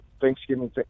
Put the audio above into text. Thanksgiving